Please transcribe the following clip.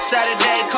Saturday